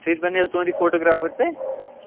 سۄ تہِ بَنہٕ حظ تُہنٛدٕے فوٹوگرافَر تہِ